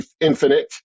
Infinite